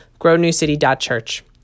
grownewcity.church